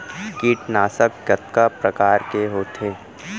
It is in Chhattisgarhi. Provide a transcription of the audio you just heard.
कीटनाशक कतका प्रकार के होथे?